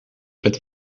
met